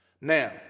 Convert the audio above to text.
Now